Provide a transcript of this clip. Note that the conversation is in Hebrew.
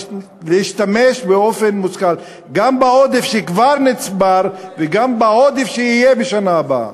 להשתמש באופן מושכל גם בעודף שכבר נצבר וגם בעודף שיהיה בשנה הבאה.